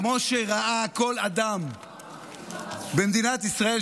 כמו שראה כל אדם במדינת ישראל,